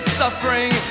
suffering